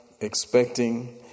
expecting